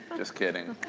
just kidding.